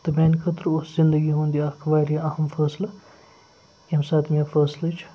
تہٕ میٛانہِ خٲطرٕ اوس زِندگی ہُنٛد یہِ اَکھ وارِیاہ اَہم فٲصلہٕ ییٚمہِ ساتہٕ مےٚ فٲصلٕچ